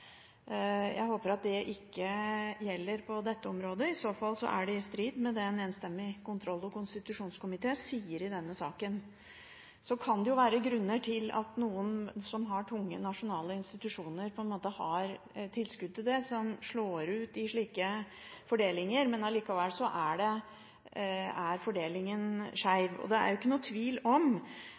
Jeg håper at det ikke gjelder på dette området. I så fall er det i strid med det en enstemmig kontroll- og konstitusjonskomité sier i denne saken. Så kan det jo være grunner til at noen som har tunge, nasjonale institusjoner og har tilskudd til det, slår ut i slike fordelinger, men allikevel er fordelingen skjev. Det er jo ikke noen tvil om